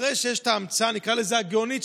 אחרי שיש ההמצאה הגאונית,